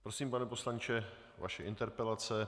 Prosím, pane poslanče, vaše interpelace.